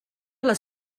les